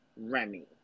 Remy